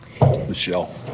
Michelle